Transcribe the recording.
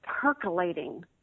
percolating